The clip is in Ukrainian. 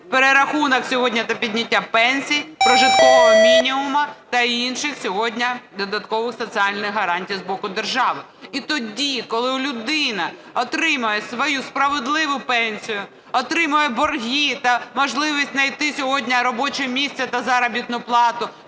перерахунок сьогодні та підняття пенсій, прожиткового мінімуму та інших сьогодні додаткових соціальних гарантій з боку держави. І тоді, коли людина отримає свою справедливу пенсію, отримає борги та можливість найти сьогодні робоче місце та заробітну плату,